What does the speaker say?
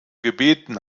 gebeten